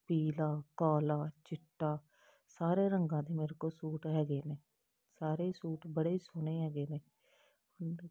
ਪੀਲਾ ਕਾਲਾ ਚਿੱਟਾ ਸਾਰੇ ਰੰਗਾਂ ਦੇ ਮੇਰੇ ਕੋਲ ਸੂਟ ਹੈਗੇ ਨੇ ਸਾਰੇ ਹੀ ਸੂਟ ਬੜੇ ਹੀ ਸੋਹਣੇ ਹੈਗੇ ਨੇ